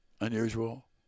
Unusual